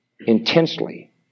intensely